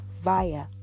via